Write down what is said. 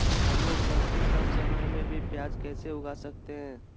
हमलोग सबसे कम समय में भी प्याज कैसे उगा सकते हैं?